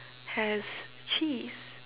has cheese